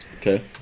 okay